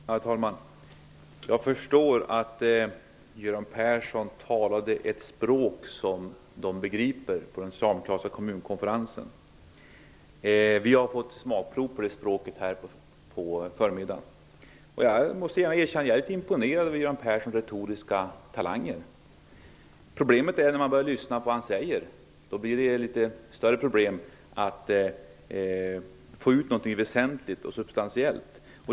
Herr talman! Jag förstår att Göran Persson talade ett språk som de som var på den socialdemokratiska kommunkonferensen förstår. Vi har fått smakprov på det språket här i kammaren under förmiddagen. Och jag måste erkänna att jag är litet imponerad av Göran Perssons retoriska talanger. Problemet uppstår när man börjar lyssna på vad han säger. Det blir då problem med att få ut något väsentligt och substantiellt av det.